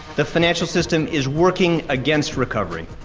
the financial system is working against recovery.